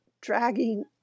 dragging